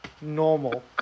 normal